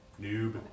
Noob